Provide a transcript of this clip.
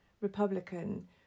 Republican